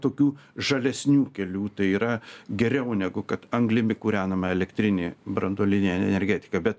tokių žalesnių kelių tai yra geriau negu kad anglimi kūrenama elektrinė branduolinė energetika bet